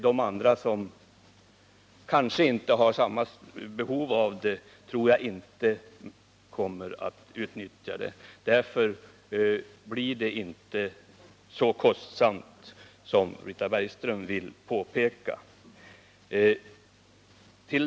De andra, som kanske inte har samma behov, tror jag inte kommer att utnyttja stödet. Därför blir det inte så kostsamt som Britta Bergström vill låta påskina.